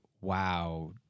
wow